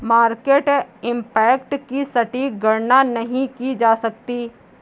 market impact की सटीक गणना नहीं की जा सकती